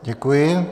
Děkuji.